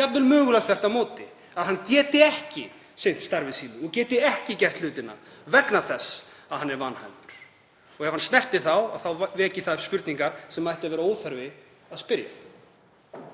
jafnvel mögulega þvert á móti, að hann geti ekki sinnt starfi sínu og geti ekki gert hlutina vegna þess að hann er vanhæfur og ef hann snerti þá veki það upp spurningar sem ætti að vera óþarfi að spyrja.